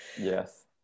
Yes